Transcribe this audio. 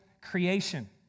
creation